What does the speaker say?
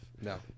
No